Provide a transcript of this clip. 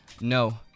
no